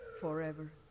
forever